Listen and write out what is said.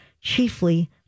chiefly